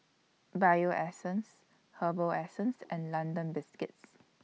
Bio Essence Herbal Essences and London Biscuits